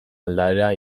aldaera